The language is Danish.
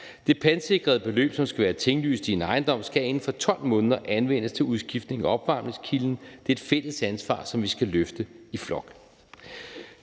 Det pantsikrede beløb, som skal være tinglyst i en ejendom, skal inden for 12 måneder anvendes til udskiftning af opvarmningskilden. Det er et fælles ansvar, som vi skal løfte i flok.